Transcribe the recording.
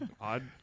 odd